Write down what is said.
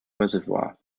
reservoir